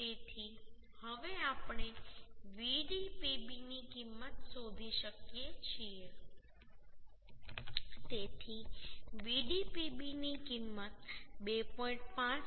તેથી હવે આપણે Vdpb ની કિંમત શોધી શકીએ છીએ તેથી Vdpb ની કિંમત 2